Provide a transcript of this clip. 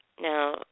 Now